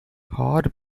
hard